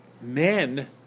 men